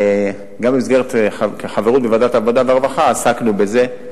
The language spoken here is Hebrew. גם במסגרת חברות בוועדת העבודה והרווחה עסקנו בזה,